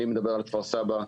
אני מדבר על כפר סבא,